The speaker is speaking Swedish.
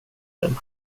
den